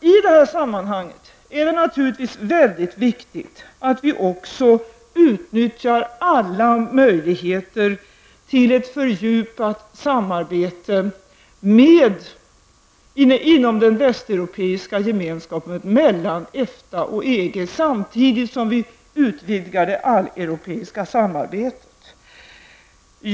I detta sammanhang är det naturligtvis mycket viktigt att vi också utnyttjar alla möjligheter till ett fördjupat samarbete inom den västeuropeiska gemenskapen, mellan EFTA och EG, samtidigt som vi utvidgar det alleuropeiska samarbetet.